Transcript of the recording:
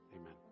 Amen